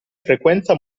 frequenza